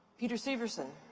peter severson.